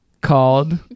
called